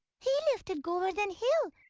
he lifted govardhana hill.